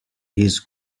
his